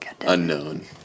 Unknown